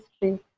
history